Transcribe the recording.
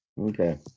Okay